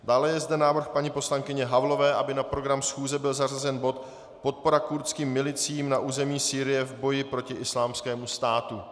Dále je zde návrh paní poslankyně Havlové, aby na program schůze byl zařazen bod Podpora kurdským milicím na území Sýrie v boji proti Islámskému státu.